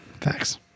thanks